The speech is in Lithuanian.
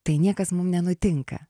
tai niekas mum nenutinka